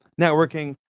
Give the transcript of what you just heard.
networking